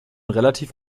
relativ